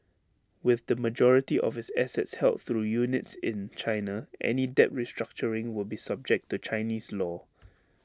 with the majority of its assets held through units in China any debt restructuring will be subject to Chinese law